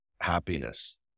happiness